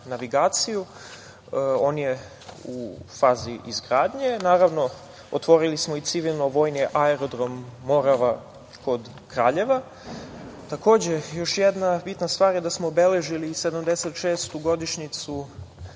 navigaciju. On je u fazi izgradnje. Naravno, otvorili smo i civilno-vojni aerodrom „Morava“ kod Kraljeva. Takođe, još jedna bitna stvar je da smo obeležili i 76 godišnjicu